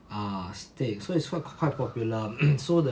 ah steak so it's quite quite popular so the